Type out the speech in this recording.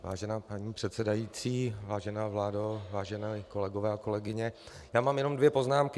Vážená paní předsedající, vážená vládo, vážení kolegové a kolegyně, já mám jenom dvě poznámky.